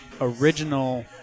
original